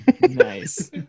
Nice